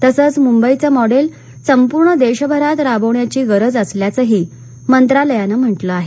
तसंच मुंबईच मॉडेल संपूर्ण देशभरात राबवण्याची गरज असल्याचंही मंत्रालयाने म्हटलं आहे